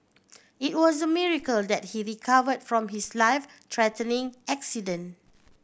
it was a miracle that he recovered from his life threatening accident